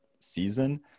season